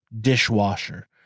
dishwasher